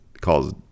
calls